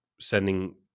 sending